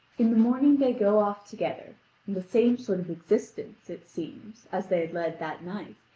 in the morning they go off together the same sort of existence, it seems, as they had led that night,